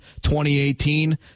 2018